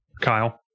Kyle